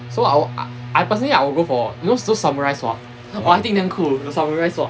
so I will I personally I will go for you know those samurai sword !wah! I think damn cool the samurai sword